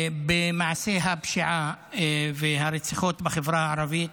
העלייה המתמשכת במעשי הפשיעה והרציחות בחברה הערבית